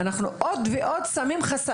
אנחנו שמים עוד ועוד חסמים,